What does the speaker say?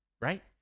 right